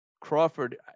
Crawford